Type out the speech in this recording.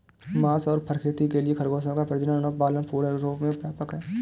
मांस और फर खेती के लिए खरगोशों का प्रजनन और पालन पूरे यूरोप में व्यापक है